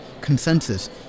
consensus